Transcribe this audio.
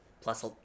plus